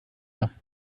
her